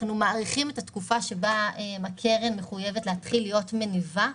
אנחנו גם מאריכים את התקופה שבה הקרן מחויבת להתחיל להיות מניבה.